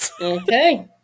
Okay